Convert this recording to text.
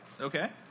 Okay